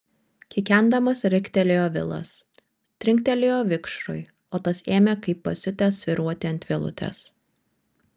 kikendamas riktelėjo vilas trinktelėjo vikšrui o tas ėmė kaip pasiutęs svyruoti ant vielutės